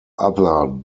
other